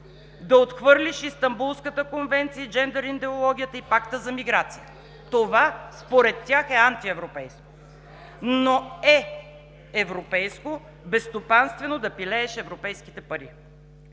да отхвърлиш Истанбулската конвенция, джендър идеологията и Пакта за миграция. Това според тях е антиевропейско. Но е европейско безстопанствено да пилееш европейските пари.